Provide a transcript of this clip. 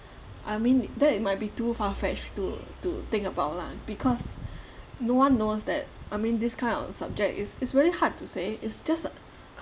I mean that it might be too far fetched to to think about lah because no one knows that I mean this kind of subject it's it's really hard to say it's just